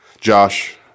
Josh